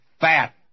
fat